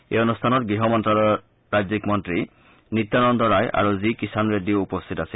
এই অনুষ্ঠানত গৃহ মন্ত্যালয়ৰ ৰাজ্যিক মন্ত্ৰী নিত্যানন্দ ৰায় আৰু জি কিষাণ ৰেড্ডীও উপস্থিত আছিল